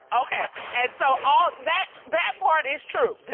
okay. and so all that, that part is true?